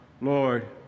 lord